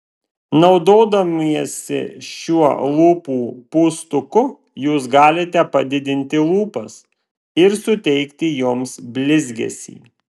naudodamiesi šiuo lūpų pūstuku jūs galite padidinti lūpas ir suteikti joms blizgesį